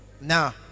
now